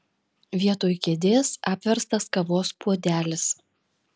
vietoj kėdės apverstas kavos puodelis